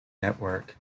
network